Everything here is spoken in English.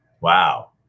Wow